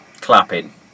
Clapping